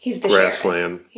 grassland